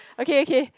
okay okay